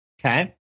Okay